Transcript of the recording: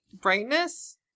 brightness